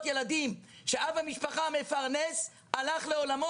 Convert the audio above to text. ילדים ולעיתים המפרנס היחידי הוא ההרוג.